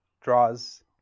draws